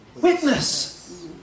Witness